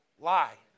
Lie